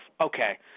okay